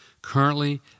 Currently